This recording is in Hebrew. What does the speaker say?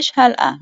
גש-הלאה,